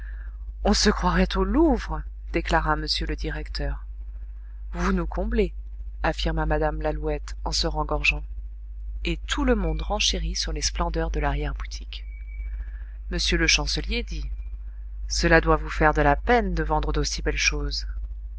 on se croirait au louvre déclara m le directeur vous nous comblez affirma mme lalouette en se rengorgeant et tout le monde renchérit sur les splendeurs de l'arrière boutique m le chancelier dit cela doit vous faire de la peine de vendre d'aussi belles choses